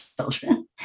children